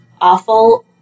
awful